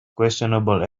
questionable